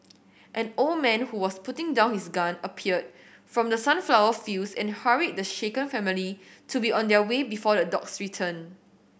an old man who was putting down his gun appeared from the sunflower fields and hurried the shaken family to be on their way before the dogs return